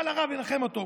בא לרב לנחם אותו.